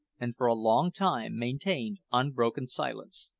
and for a long time maintained unbroken silence.